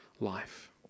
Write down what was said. life